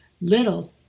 Little